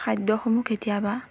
খাদ্যসমূহ কেতিয়াবা